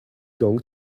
going